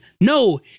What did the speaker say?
no